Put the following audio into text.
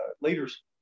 leaders